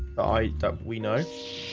i don't we know